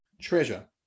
treasure